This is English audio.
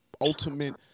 ultimate